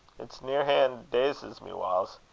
it near-han' dazes me whiles.